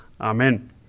Amen